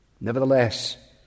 Nevertheless